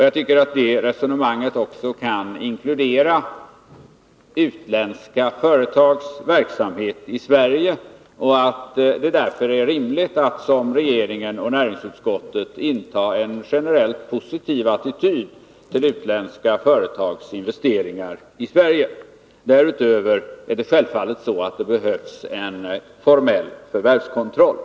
Jag tycker att det resonemanget också kan inkludera utländska företags verksamhet i Sverige och att det därför är rimligt att, såsom regeringen och näringsutskottet, inta en generellt positiv attityd till utländska företags investeringar här. Därutöver behövs det självfallet en formell förvärvskontroll.